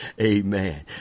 Amen